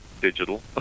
digital